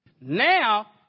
Now